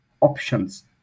options